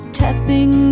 tapping